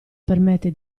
permette